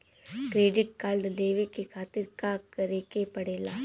Credit card लेवे के खातिर का करेके पड़ेला?